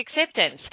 acceptance